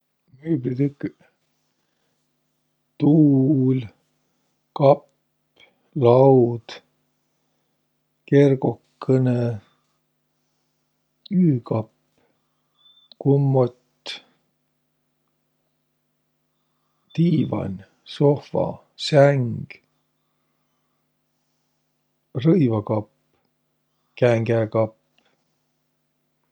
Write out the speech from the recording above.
Müüblitüküq: tuul, kapp laud, kergokõnõ, üükapp, kummot, diivan, sohva, säng, rõivakapp, kängäkapp.